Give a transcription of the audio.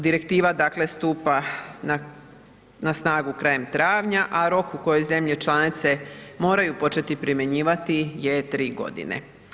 Direktiva dakle stupa na snagu krajem travnja a rok u kojem zemlje članice moraju početi primjenjivati je 3 godine.